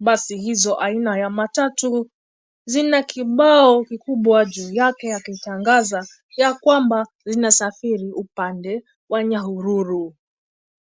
Basi hizo aina ya matatu zina kibao kubwa juu yake cha kutangaza yakwamba linasafiri upande wa Nyahururu.